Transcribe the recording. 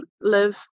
live